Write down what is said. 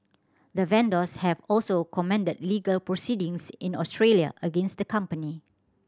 the vendors have also commend legal proceedings in Australia against the company